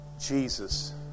Jesus